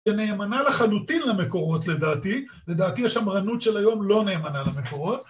שנאמנה לחלוטין למקורות לדעתי, לדעתי השמרנות של היום לא נאמנה למקורות